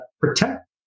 protect